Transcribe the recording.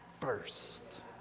first